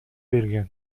берген